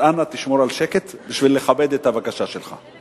אז אנא תשמור על שקט, בשביל לכבד את הבקשה שלך.